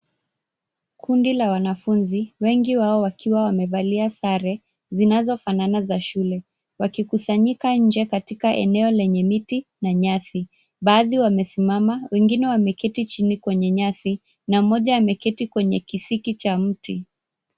Kundi la wanafunzi wengi wao wakiwa wamevalia sare zinazofanana za shule wakikusanyika nje katika eneo lenye miti na nyasi baadhi wamesimama wengine wameketi chini kwenye nyasi na mmoja ameketi kwenye kisiki cha mti.